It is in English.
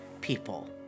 people